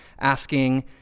asking